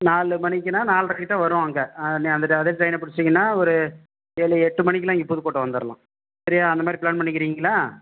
நாலு மணிக்கினால் நால்ரை கிட்ட வரும் அங்கே நீ அந்த த அதே ட்ரெயனை பிடிச்சிங்கனா ஒரு ஏழு எட்டு மணிக்குலாம் இங்கே புதுக்கோட்டை வந்துடலாம் சரியா அந்தமாதிரி ப்ளான் பண்ணிக்கீறிங்களா